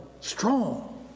strong